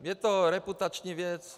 Je to reputační věc.